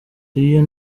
real